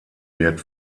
wird